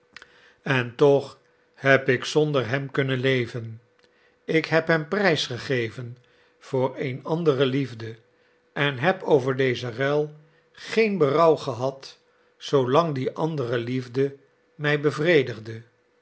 en toch heb ik zonder hem kunnen leven ik heb hem prijsgegeven voor een andere liefde en heb over deze ruil geen berouw gehad zoolang die andere liefde mij bevredigde